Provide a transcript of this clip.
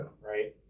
right